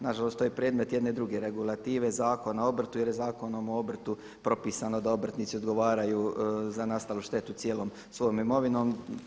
Nažalost to je predmet jedne druge regulative Zakona o obrtu jer je Zakonom o obrtu propisano da obrtnici odgovaraju za nastalu štetu cijelom svojom imovinom.